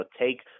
take –